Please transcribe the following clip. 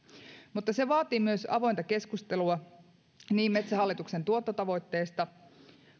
mutta se vaatii myös avointa keskustelua niin metsähallituksen tuottotavoitteista